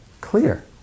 Clear